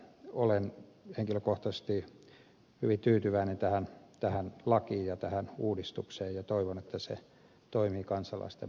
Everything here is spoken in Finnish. olen henkilökohtaisesti hyvin tyytyväinen tähän lakiin ja tähän uudistukseen ja toivon että se toimii kansalaisten parhaaksi